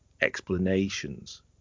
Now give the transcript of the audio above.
explanations